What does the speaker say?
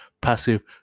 passive